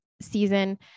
season